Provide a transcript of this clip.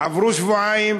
עברו שבועיים.